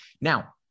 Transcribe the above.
Now